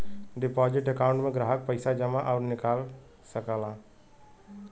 deposit account में ग्राहक पइसा जमा आउर निकाल सकला